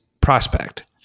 prospect